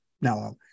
now